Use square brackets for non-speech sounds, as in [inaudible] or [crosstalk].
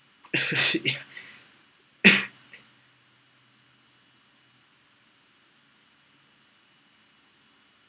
[coughs]